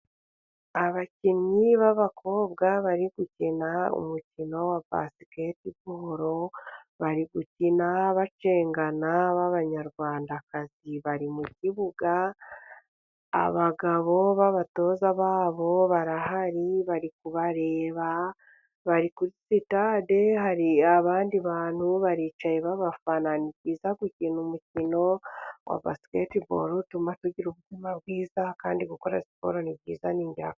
Abakinnyi b'abakobwa bari gukina umukino wa basiketiboro. Bari gukina bacengana. Ni Abanyarwandakazi. Bari mu kibuga abagabo b'abatoza babo barahari, bari kubareba, bari kuri sitade, hari abandi bantu. Baricaye babafana. Ni byiza gukina umukino wa basiketiboro utuma tugira ubuzima bwiza kandi gukora siporo nibyiza ni ingirakamaro.